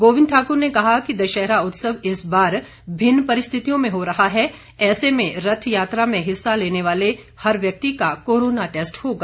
गोविंद ठाकुर ने कहा कि दशहरा उत्सव इस बार भिन्न परिस्थितियों में हो रहा है ऐसे में रथ यात्रा में हिस्सा लेने वाले हर व्यक्ति का कोरोना टैस्ट होगा